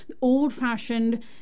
old-fashioned